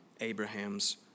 Abraham's